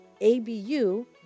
A-B-U